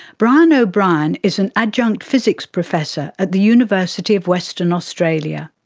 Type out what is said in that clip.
brian o'brien is an adjunct physics professor at the university of western australia.